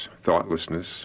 thoughtlessness